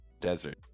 desert